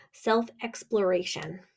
self-exploration